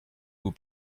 vous